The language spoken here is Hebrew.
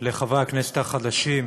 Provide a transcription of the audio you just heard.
לחברי הכנסת החדשים.